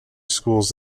schools